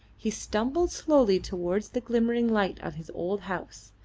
he stumbled slowly towards the glimmering light of his old house,